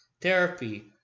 therapy